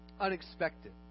Unexpected